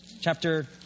chapter